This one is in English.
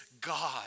God